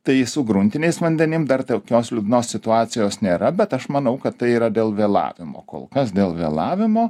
tai su gruntiniais vandenim dar tokios liūdnos situacijos nėra bet aš manau kad tai yra dėl vėlavimo kol kas dėl vėlavimo